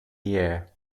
year